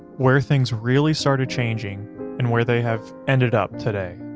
where things really started changing and where they have ended up today.